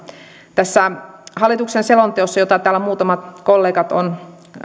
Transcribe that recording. tässä hallituksen selonteossa jota täällä muutamat kollegat ovat